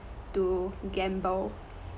to gamble